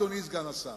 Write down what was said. אדוני סגן השר,